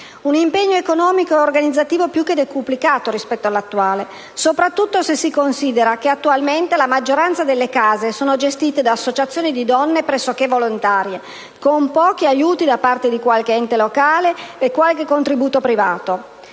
un impegno economico ed organizzativo più che decuplicato rispetto all'attuale, soprattutto se si considera che attualmente la maggioranza delle case è gestita da associazioni di donne pressoché volontarie, con pochi aiuti da parte di qualche ente locale e qualche contributo privato.